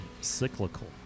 cyclical